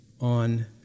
on